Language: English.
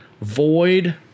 void